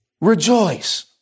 Rejoice